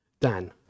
Dan